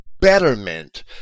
betterment